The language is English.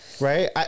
Right